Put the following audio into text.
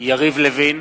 יריב לוין,